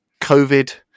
COVID